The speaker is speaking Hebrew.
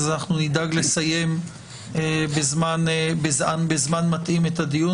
אז נדאג לסיים בזמן מתאים את הדיון,